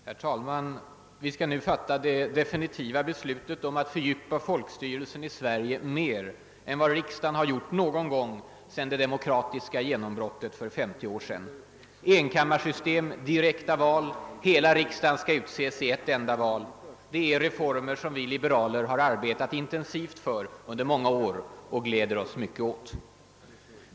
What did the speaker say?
Herr talman! Vi skall nu fatta det definitiva beslutet om att fördjupa folkstyrelsen i Sverige mer än vad riksdagen har gjort någon gång sedan det demokratiska genombrottet för 50 år sedan. Enkammarsystem. Direkta val. Hela riksdagen utses i ett enda val. Det är reformer som vi liberaler har arbetat intensivt för under många år och gläder oss mycket åt.